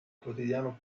quotidiano